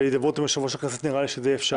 בהידברות עם יושב-ראש הכנסת נראה לי שזה יהיה אפשרי.